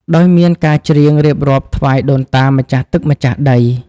ដោយមានការច្រៀងរៀបរាប់ថ្វាយដូនតា ម្ចាស់ទឹក ម្ចាស់ដី។